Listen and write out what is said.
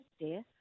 dear